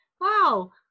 Wow